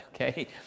okay